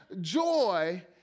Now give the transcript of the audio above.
joy